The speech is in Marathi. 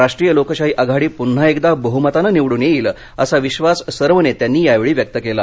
राष्टीय लोकशाही आघाडी पन्हा एकदा बहुमतानं निवडून येईल असा विश्वास सर्व नेत्यांनी यावेळी व्यक्त केला